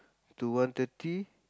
to one thirty